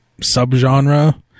subgenre